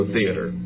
Theater